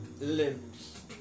limbs